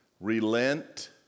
relent